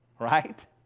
right